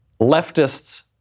leftists